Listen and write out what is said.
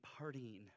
partying